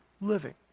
living